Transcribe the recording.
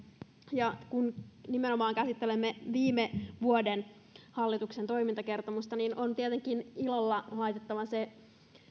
ja kun käsittelemme nimenomaan viime vuoden hallituksen toimintakertomusta on tietenkin ilolla mainittava se